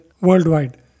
worldwide